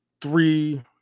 three